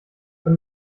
von